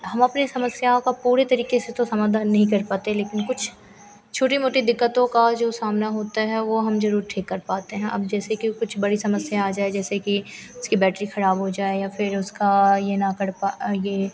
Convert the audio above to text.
हम अपनी समस्याओं का पूरी तरीके से तो समाधान नहीं कर पाते लेकिन कुछ छोटी मोटी दिक्कतों का जो सामना होता है वह हम ज़रूर ठीक कर पाते हैं अब जैसे कि कुछ बड़ी समस्या आ जाए जैसे कि इसकी बैटरी खराब हो जाए या फिर उसका यह न कर पा यह